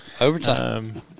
Overtime